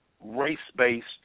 Race-based